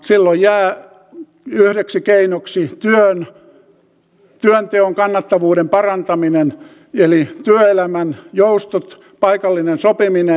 silloin jää yhdeksi keinoksi työnteon kannattavuuden parantaminen eli työelämän joustot paikallinen sopiminen